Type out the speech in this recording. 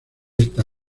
esta